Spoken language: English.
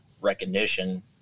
recognition